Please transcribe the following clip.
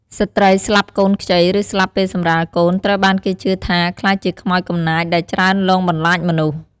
ស្ត្រីស្លាប់កូនខ្ចី ឬស្លាប់ពេលសម្រាលកូន ត្រូវបានគេជឿថាក្លាយជាខ្មោចកំណាចដែលច្រើនលងបន្លាចមនុស្ស។